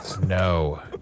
No